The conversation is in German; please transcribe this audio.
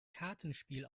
kartenspiel